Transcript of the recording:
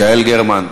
יעל גרמן,